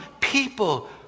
people